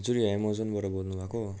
हजुर एमोजनबाट बोल्नु भएको